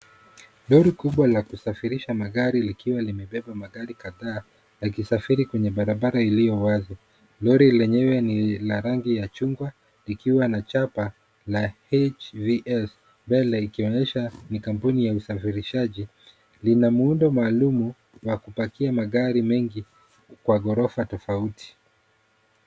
Lori kubwa la kusafirisha magari likiwa limebeba magari kadhaa yakisafiri kwenye barabara iliyo wazi. Lori lenyewe ni la rangi ya chungwa ikiwa na chapa la, HVS,mbele ikionyesha ni kampuni ya usafirishaji. Lina muundo maalum wa kupakia magari mengi kwa ghorofa tofauti.